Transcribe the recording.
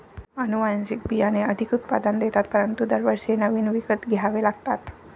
अनुवांशिक बियाणे अधिक उत्पादन देतात परंतु दरवर्षी नवीन विकत घ्यावे लागतात